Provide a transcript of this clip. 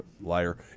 liar